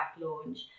launch